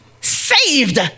saved